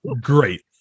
great